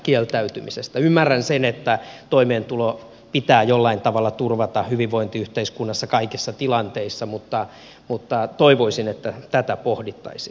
ymmärrän sen että toimeentulo pitää jollain tavalla turvata hyvinvointiyhteiskunnassa kaikissa tilanteissa mutta toivoisin että tätä pohdittaisiin